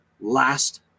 last